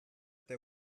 eta